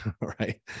right